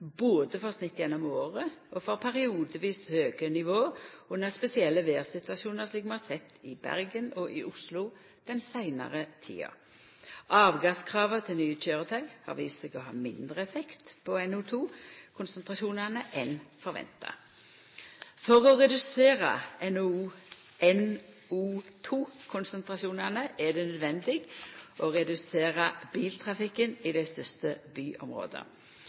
både for snitt gjennom året og for periodevis høge nivå under spesielle vêrsituasjonar, slik vi har sett i Bergen og i Oslo den seinare tida. Avgasskrava til nye køyrety har vist seg å ha mindre effekt på NO2-konsentrasjonane enn venta. For å redusera NO2-konsentrasjonane er det naudsynt å redusera biltrafikken i dei største byområda.